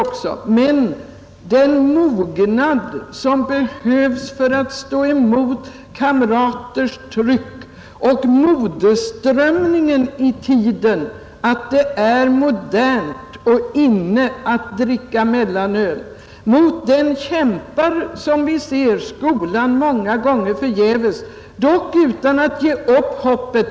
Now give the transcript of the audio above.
Men mot avsaknaden av den mognad som behövs för att stå emot kamraters tryck och strömningen i tiden att det är modernt och ”inne” att dricka mellanöl kämpar, som vi ser, skolan många gånger förgäves, dock utan att ge upp hoppet.